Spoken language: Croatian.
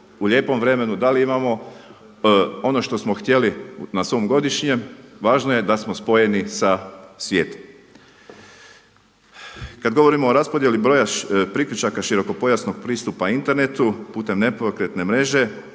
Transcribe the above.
u lijepom vremenu, da li imamo ono što smo htjeli na svom godišnjem, važno je da smo spojeni sa svijetom. Kada govorimo o raspodjeli broja priključaka širokopojasnog pristupa internetu putem nepokretne mreže,